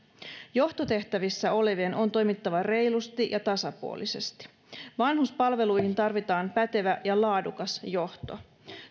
johtotehtävissä olevien on toimittava reilusti ja tasapuolisesti vanhuspalveluihin tarvitaan pätevä ja laadukas johto